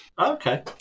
Okay